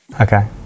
Okay